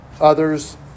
others